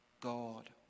God